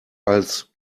als